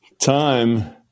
time